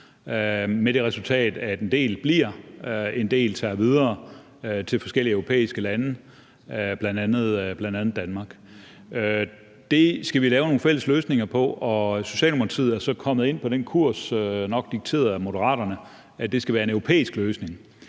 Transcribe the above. med det resultat, at en del bliver og en del tager videre til forskellige europæiske lande, bl.a. Danmark. Det skal vi lave nogle fælles løsninger på, og Socialdemokratiet er så kommet ind på den kurs, nok dikteret af Moderaterne, at det skal være en europæisk løsning.